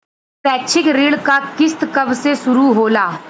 शैक्षिक ऋण क किस्त कब से शुरू होला?